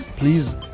Please